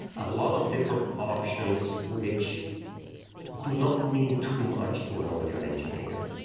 a lot of different options which do not mean too much to an audio engineer,